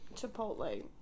Chipotle